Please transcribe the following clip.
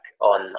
on